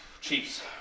Chiefs